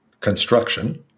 construction